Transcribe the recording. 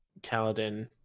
Kaladin